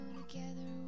together